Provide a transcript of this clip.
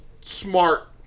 smart